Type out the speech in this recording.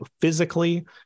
Physically